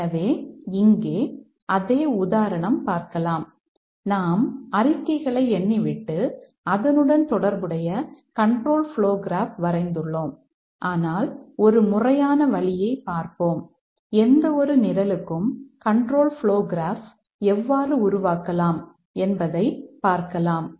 எனவே இங்கே அதே உதாரணம் பார்க்கலாம் நாம் அறிக்கைகளை எண்ணிவிட்டு அதனுடன் தொடர்புடைய கண்ட்ரோல் ப்ளோ கிராப் எவ்வாறு உருவாக்கலாம் என்பதை பார்க்கலாம்